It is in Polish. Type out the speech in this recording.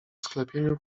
sklepieniu